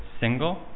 single